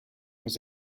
was